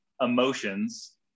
Emotions